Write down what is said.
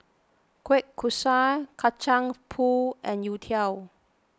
Kueh Kosui Kacang Pool and Youtiao